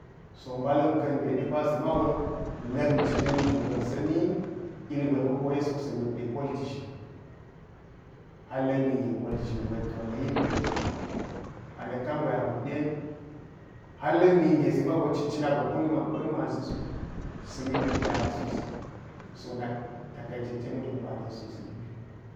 So balamka gwedapa simau nak jinan jukan sani, ilgwe ma kye suksigo yekde kilti shin, har niknange a nak kan gwe a huikde har nakninge simago cit cinago boni boni. So nak takaice mujeye a dan suk si jujum.